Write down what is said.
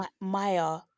Maya